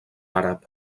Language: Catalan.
àrab